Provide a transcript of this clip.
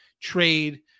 trade